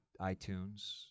iTunes